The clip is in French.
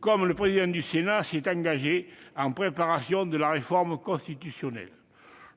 comme le président du Sénat s'y était engagé lors de la préparation de la réforme institutionnelle.